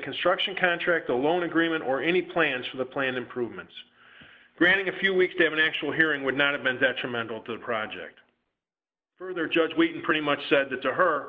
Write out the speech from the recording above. construction contracts a loan agreement or any plans for the planned improvements granting a few weeks to have an actual hearing would not have been detrimental to the project further judge we pretty much said that to her